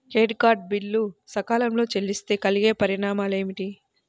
Credit card bill సకాలంలో చెల్లిస్తే కలిగే పరిణామాలేమిటి?